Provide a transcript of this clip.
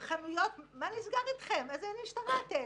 נגד התוקף הוגש כתב אישום על התקיפה.